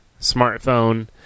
smartphone